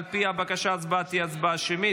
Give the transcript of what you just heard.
על פי הבקשה, ההצבעה תהיה הצבעה שמית.